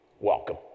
Welcome